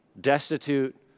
destitute